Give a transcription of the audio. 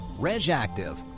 RegActive